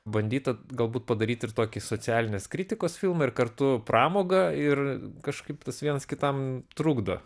bandyta galbūt padaryt ir tokį socialinės kritikos filmą ir kartu pramogą ir kažkaip tas vienas kitam trukdo